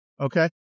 Okay